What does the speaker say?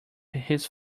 his